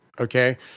okay